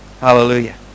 Hallelujah